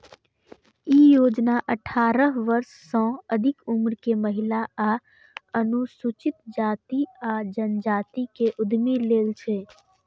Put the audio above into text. ई योजना अठारह वर्ष सं अधिक उम्र के महिला आ अनुसूचित जाति आ जनजाति के उद्यमी लेल छै